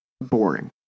boring